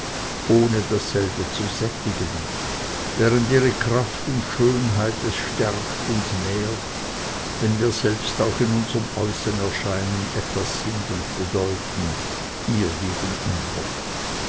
ohne dasselbe zu sättigen während ihre kraft und schönheit es stärkt und nährt wenn wir selbst auch in unserm äußern erscheinen etwas sind und bedeuten ihr gegenüber